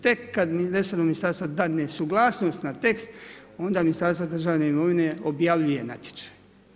Tek kad resorno ministarstvo dadne suglasnost na tekst onda Ministarstvo državne imovine objavljuje natječaj.